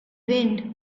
wind